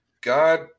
God